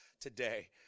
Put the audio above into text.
today